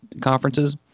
conferences